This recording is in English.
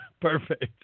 Perfect